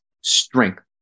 strength